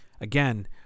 Again